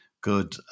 good